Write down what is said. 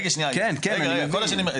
כן אני מבין.